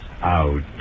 out